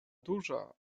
duża